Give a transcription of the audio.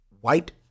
White